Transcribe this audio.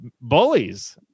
bullies